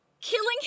Killing